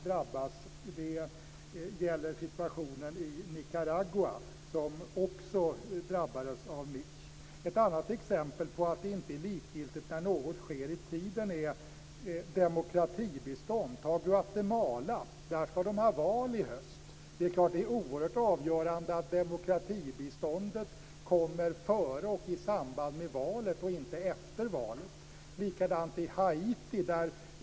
Det gäller situationen i Nicaragua, som också drabbades av Mitch. Ett annat exempel på att det inte är likgiltigt när i tiden insatser görs är demokratibiståndet. I Guatemala skall man ha val i höst. Det är klart att det är avgörande att demokratibiståndet kommer före och i samband med valet, och inte efter valet. Likadant är det med Haiti.